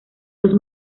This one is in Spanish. los